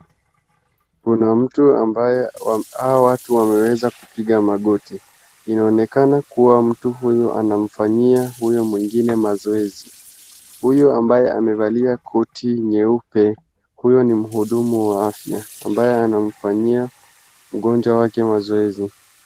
Kuna mtu ambaye, hawa watu wameweza kupiga magoti. Inaonekana kuwa mtu huyo anamfanyia huyo mwingine mazoezi. Huyo ambaye amevalia koti nyeupe, huyo ni mhudumu wa afya ambaye anamfanyia mgonjwa wake mazoezi.